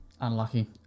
Unlucky